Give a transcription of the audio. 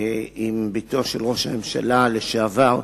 עם בתו של ראש הממשלה לשעבר,